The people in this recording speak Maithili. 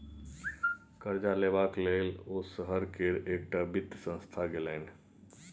करजा लेबाक लेल ओ शहर केर एकटा वित्त संस्थान गेलनि